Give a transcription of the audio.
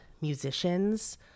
musicians